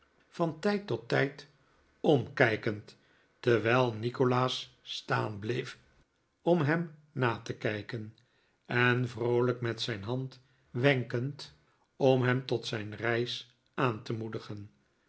van tijd tot tijd omkijkend terwijl nikolaas staan bleef om hem na te kijken en vroolijk met zijn hand wenkend om hem tot zijn reis aan te moedigen